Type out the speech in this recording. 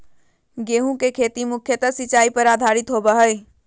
गेहूँ के खेती मुख्यत सिंचाई पर आधारित होबा हइ